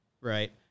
Right